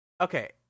Okay